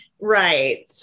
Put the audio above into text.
Right